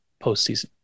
postseason